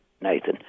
Nathan